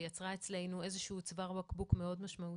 שיצרה אצלנו איזה שהוא צוואר בקבוק מאוד משמעותי.